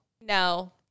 No